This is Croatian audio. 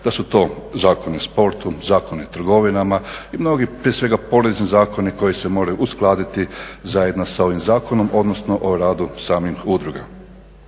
da su to Zakon o sportu, Zakon o trgovinama i mnogi prije svega porezni zakoni koji se moraju uskladiti zajedno sa ovim zakonom, odnosno o radu samih udruga.